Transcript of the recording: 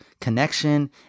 connection